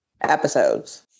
episodes